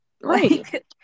Right